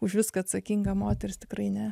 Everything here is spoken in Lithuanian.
už viską atsakinga moteris tikrai ne